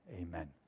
Amen